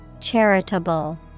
Charitable